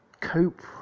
cope